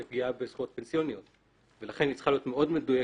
פגיעה בזכויות פנסיוניות ולכן היא צריכה להיות מאוד מדויקת,